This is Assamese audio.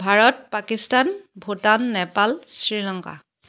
ভাৰত পাকিস্তান ভূটান নেপাল শ্ৰীলংকা